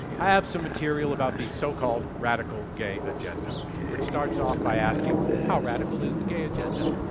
i have some material about the so-called radical gay agenda, which starts off by asking, how radical is the gay agenda?